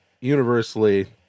universally